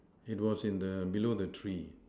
it was in the below the tree